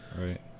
right